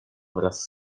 wraz